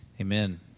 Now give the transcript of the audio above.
Amen